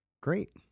Great